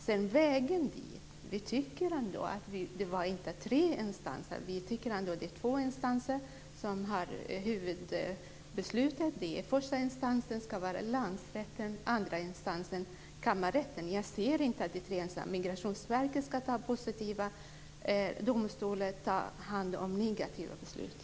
Men vi tycker inte att det är tre instanser utan två instanser som har huvudbeslutet. Första instans ska vara länsrätten och andra instans ska vara kammarrätten. Jag ser inte att det är tre instanser. Migrationsverket ska ta hand om de positiva besluten, och domstolen ska ta hand om de negativa besluten.